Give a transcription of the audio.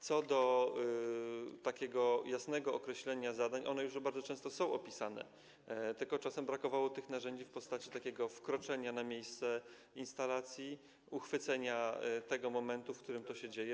Co do jasnego określenia zadań one już bardzo często są opisane, tylko czasem brakowało narzędzi w postaci możliwości wkroczenia na miejsce instalacji, uchwycenia momentu, w którym to się dzieje.